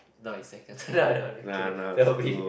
no I think no I don't want just kidding don't be